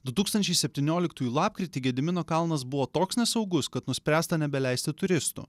du tūkstančiai septynioliktųjų lapkritį gedimino kalnas buvo toks nesaugus kad nuspręsta nebeleisti turistų